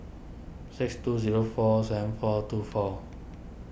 six two zero four seven four two four